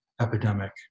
epidemic